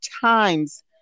times